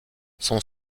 son